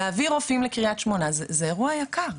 להביא רופאים לקריית שמונה זה אירוע יקר.